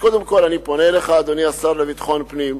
אני פונה אליך, אדוני השר לביטחון פנים.